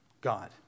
God